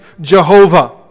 Jehovah